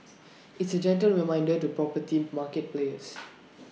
it's A gentle reminder to property market players